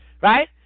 right